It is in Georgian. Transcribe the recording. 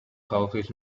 ხალხის